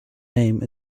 name